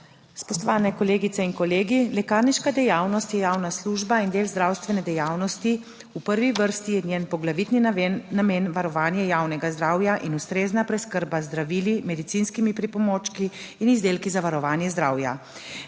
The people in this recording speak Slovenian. Spoštovani kolegice in kolegi! Lekarniška dejavnost je javna služba in del zdravstvene dejavnosti. V prvi vrsti je njen poglavitni namen varovanje javnega zdravja in ustrezna preskrba z zdravili, medicinskimi pripomočki in izdelki za varovanje zdravja.